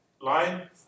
line